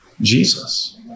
Jesus